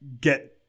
get